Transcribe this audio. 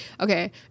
Okay